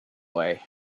way